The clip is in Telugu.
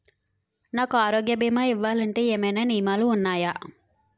నాకు ఆరోగ్య భీమా ఇవ్వాలంటే ఏమైనా నియమాలు వున్నాయా?